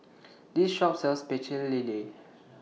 This Shop sells Pecel Lele